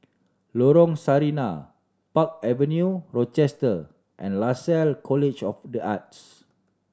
Lorong Sarina Park Avenue Rochester and Lasalle College of The Arts